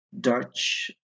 Dutch